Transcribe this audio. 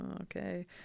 okay